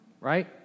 right